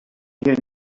here